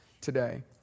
today